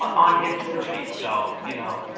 ah on his twitter feed, so, you know.